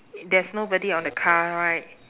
there's nobody on the car right